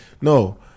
No